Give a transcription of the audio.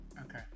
Okay